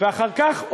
ואחר כך,